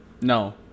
No